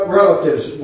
relatives